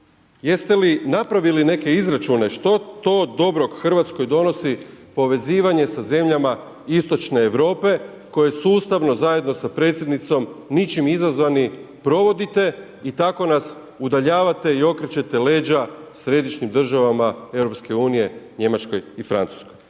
Jeste li napravili neke izračune što to dobro Hrvatskoj donosi povezivanje sa zemljama istočne Europe koje sustavno zajedno sa predsjednicom, ničim izazvani, provodite i tako nas udaljavate i okrećete leđa središnjim državama EU, Njemačkoj i Francuskoj?